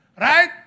Right